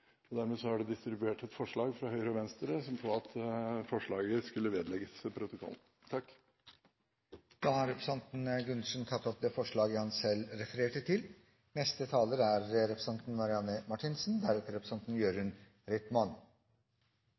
vedtas. Dermed er det distribuert et forslag fra Høyre og Venstre om at forslaget skal vedlegges protokollen. Representanten Gunnar Gundersen har tatt opp det forslaget han refererte til. Jeg vil gjerne starte med å si at handel over grenser i utgangspunktet er